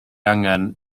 angen